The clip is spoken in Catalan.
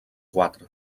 quatre